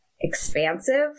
expansive